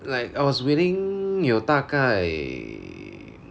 like I was waiting 有大概